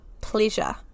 pleasure